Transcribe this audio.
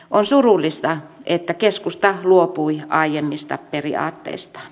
on surullista että keskusta luopui aiemmista periaatteistaan